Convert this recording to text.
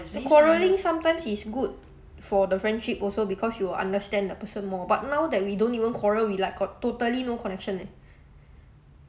quarrelling sometimes is good for the friendship also because you will understand the person more but now that we don't even quarrel we like got totally no connection eh